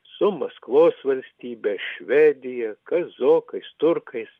su maskvos valstybe švedija kazokais turkais